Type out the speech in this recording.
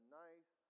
nice